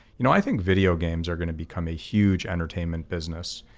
you know i think video games are gonna become a huge entertainment business.